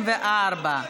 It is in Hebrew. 34),